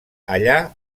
allà